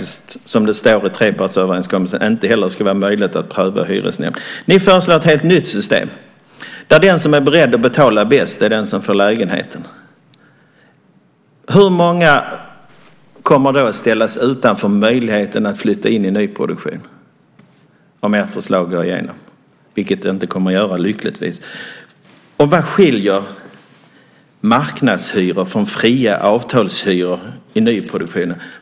Som det står i trepartsöverenskommelsen ska det heller inte vara möjligt att pröva i hyresnämnden. Ni föreslår ett helt nytt system där den som är beredd att betala mest får lägenheten. Hur många kommer att ställas utanför möjligheten att flytta in i nyproduktion om ert förslag går igenom? Det kommer det lyckligtvis inte att göra. Vad skiljer marknadshyror från fria avtalshyror i nyproduktionen?